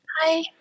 Hi